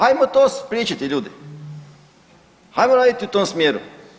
Ajmo to spriječiti ljudi, ajmo raditi u tom smjeru.